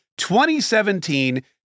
2017